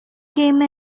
came